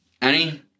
Annie